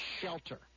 SHELTER